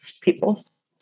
peoples